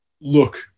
look